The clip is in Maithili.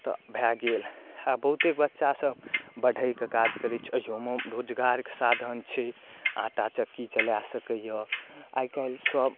तऽ भए गेल आ बहुतेक बच्चा सब बढ़ि कऽ काज करै छै एहियोमे रोजगारके साधन छै आटा चक्की चलाए सकैया आइकाल्हि सब